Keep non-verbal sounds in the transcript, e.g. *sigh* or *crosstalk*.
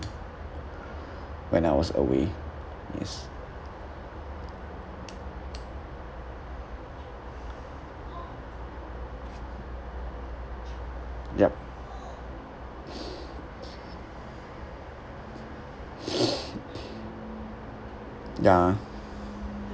when I was away yes yup *noise* ya